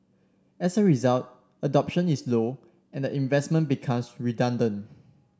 as a result adoption is low and the investment becomes redundant